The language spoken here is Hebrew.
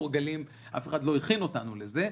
אף אחד לא הכין אותנו לזה.